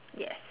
yes